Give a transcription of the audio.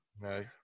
No